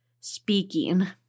speaking